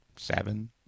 Seven